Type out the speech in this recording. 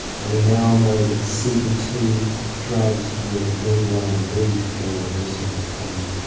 we now know that c b two drugs work very well indeed for reversing this pain,